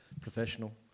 Professional